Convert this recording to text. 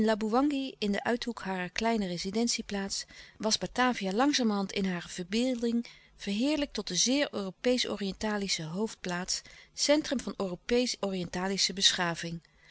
in den uithoek harer kleine rezidentie plaats was batavia langzamerhand in hare verbeelding verheerlijkt tot de zeer europeesch oriëntalische hoofdplaats centrum van europeesch oriëntalische beschaving